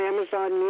Amazon